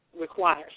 Requires